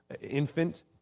infant